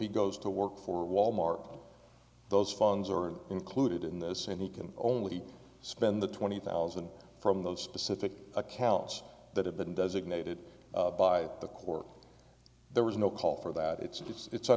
he goes to work for wal mart those funds are included in this and he can only spend the twenty thousand from the specific accounts that have been designated by the court there was no call for that it's